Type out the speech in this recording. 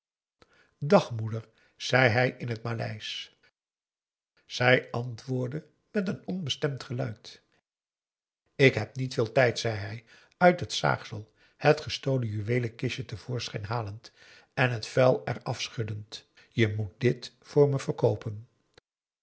dag moeder zei hij in t maleisch zij antwoordde met een onbestemd geluid ik heb niet veel tijd zei hij uit het zaagsel het gestolen juweelenkistje te voorschijn halend en het vuil er af schuddend je moet dit voor me verkoopen